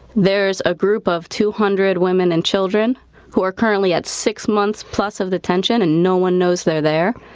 there's a group of two hundred women and children who are currently at six months plus of the detention and no one knows they're there.